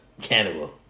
Cannibal